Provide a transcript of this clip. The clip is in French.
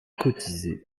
cotisé